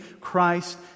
Christ